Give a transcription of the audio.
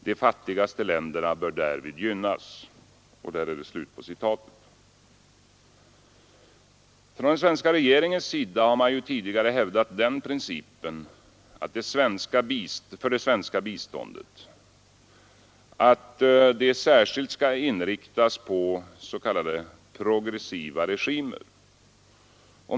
De fattigaste länderna bör därvid gynnas.” Från svenska regeringens sida har man ju tidigare hävdat den principen för det svenska biståndet att det särskilt skall inriktas på s.k. progressiva regimer.